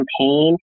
campaign